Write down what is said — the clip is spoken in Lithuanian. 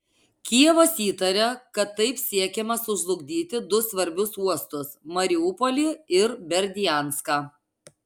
kijevas įtaria kad taip siekiama sužlugdyti du svarbius uostus mariupolį ir berdianską